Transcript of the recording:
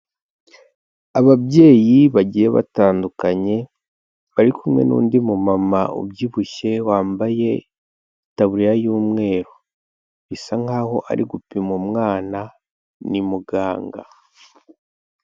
Ababyeyi bagiye batandukanye bari kumwe n'undi mumama ubyibushye wambaye itaburiya y'umweru, bisa nkaho ari gupima umwana ni muganga.